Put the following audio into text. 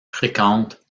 fréquentes